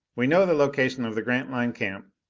we know the location of the grantline camp,